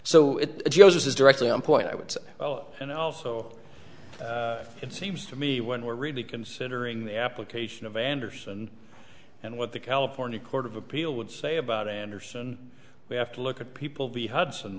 joseph is directly on point i would say oh and also it seems to me when we're really considering the application of andersen and what the california court of appeal would say about andersen we have to look at people be hudson